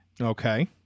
Okay